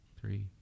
three